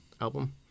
album